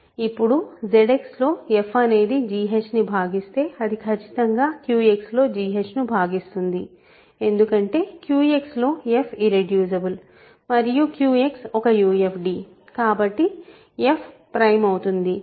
ఇప్పుడు ZX లో f అనేది gh ను భాగిస్తే అది ఖచ్చితంగా QX లో gh ను భాగిస్తుంది ఎందుకంటే QX లో f ఇర్రెడ్యూసిబుల్ మరియు QX ఒక UFD కాబట్టి f ప్రైమ్ అవుతుంది